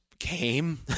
Came